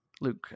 Luke